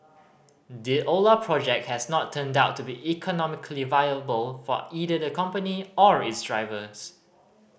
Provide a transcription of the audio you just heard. the Ola project has not turned out to be economically viable for either the company or its drivers